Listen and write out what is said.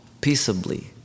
peaceably